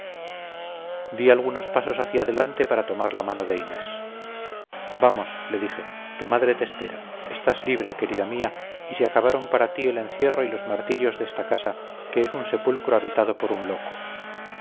di algunos pasos hacia adelante para tomar la mano de inés vamos le dije tu madre te espera estás libre querida mía y se acabaron para ti el encierro y los martirios de esta casa que es un sepulcro habitado por un loco